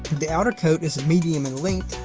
the outer coat is medium in length,